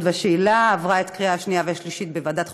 והשאילה עברה קריאה שנייה ושלישית בוועדת החוקה,